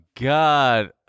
God